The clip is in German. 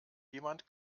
jemand